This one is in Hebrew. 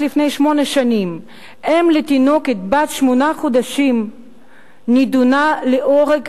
רק לפני שמונה שנים אם לתינוקת בת שמונה חודשים נידונה להורג